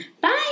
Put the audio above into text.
Bye